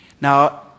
Now